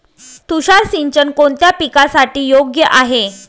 तुषार सिंचन कोणत्या पिकासाठी योग्य आहे?